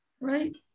Right